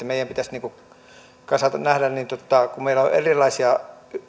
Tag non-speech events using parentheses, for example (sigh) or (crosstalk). (unintelligible) meidän pitäisi nähdä niin että kun meillä on erilaisia